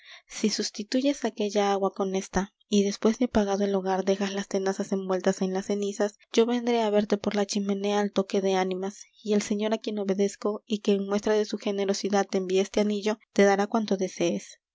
si sustituyes aquella agua con esta y después de apagado el hogar dejas las tenazas envueltas en las cenizas yo vendré á verte por la chimenea al toque de ánimas y el señor á quien obedezco y que en muestra de su generosidad te envía este anillo te dará cuanto desees